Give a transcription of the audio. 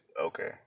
Okay